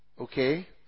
okay